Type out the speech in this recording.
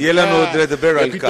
יהיה לנו עוד זמן לדבר על כך.